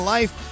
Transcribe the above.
Life